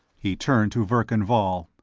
he turned to verkan vall.